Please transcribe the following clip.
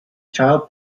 child